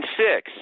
six